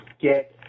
get